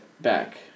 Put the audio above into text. back